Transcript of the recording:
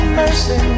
mercy